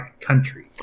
country